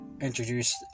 introduced